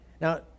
Now